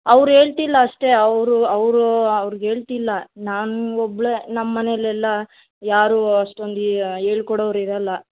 ಅವ್ರು ಹೇಳ್ತಿಲ್ಲ ಅಷ್ಟೇ ಅವರು ಅವರೂ ಅವ್ರು ಹೇಳ್ತಿಲ್ಲ ನಾನು ಒಬ್ಬಳೇ ನಮ್ಮ ಮನೆಯಲ್ಲೆಲ್ಲ ಯಾರೂ ಅಷ್ಟೊಂದು ಹೇಳ್ಕೊಡೋರು ಇರೋಲ್ಲ